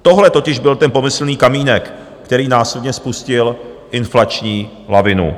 Tohle totiž byl ten pomyslný kamínek, který následně spustil inflační lavinu.